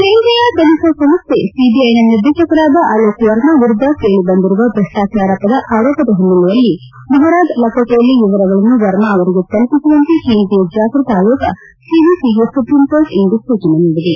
ಕೇಂದ್ರೀಯ ತನಿಖಾ ಸಂಸ್ಥೆ ಸಿಬಿಐನ ನಿರ್ದೇಶಕರಾದ ಅಲೋಕ್ ವರ್ಮ ವಿರುದ್ದ ಕೇಳಿ ಬಂದಿರುವ ಭ್ರಷ್ಟಾಚಾರದ ಆರೋಪದ ಹಿನ್ನೆಲೆಯಲ್ಲಿ ಮೊಹರಾದ ಲಕೋಟೆಯಲ್ಲಿ ವರಗಳನ್ನು ವರ್ಮಾ ಅವರಿಗೆ ತಲುಪಿಸುವಂತೆ ಕೇಂದ್ರೀಯ ಜಾಗ್ಬತ ಆಯೋಗ ಸಿವಿಸಿಗೆ ಸುಪ್ರೀಂಕೋರ್ಟ್ ಇಂದು ಸೂಚನೆ ನೀಡಿದೆ